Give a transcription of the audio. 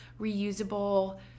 Reusable